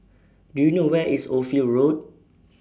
Do YOU know Where IS Ophir Road